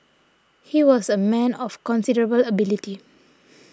he was a man of considerable ability